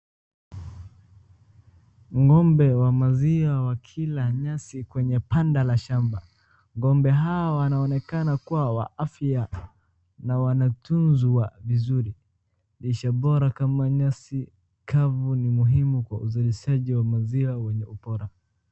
Ng'ombe wa maziwa wakila nyasi kwenye banda la shamba. Ng'ombe hawa wanaonekana kuwa wa afya na wanatunzwa vizuri. Lishe bora kama nyasi kavu ni muhimu uzalishaji wa maziwa wenye ubora.